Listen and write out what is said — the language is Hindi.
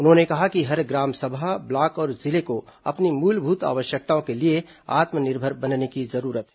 उन्होंने कहा कि हर ग्राम सभा ब्लॉक और जिले को अपनी मूलभूत आवश्यकताओं के लिए आत्मनिर्भर बनने की जरूरत है